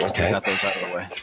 Okay